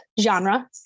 genre